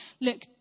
look